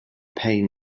pain